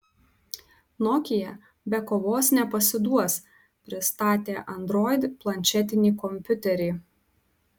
nokia be kovos nepasiduos pristatė android planšetinį kompiuterį